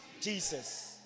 Jesus